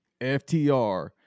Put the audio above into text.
FTR